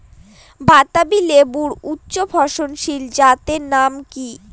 বাতাবি লেবুর উচ্চ ফলনশীল জাতের নাম কি?